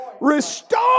Restore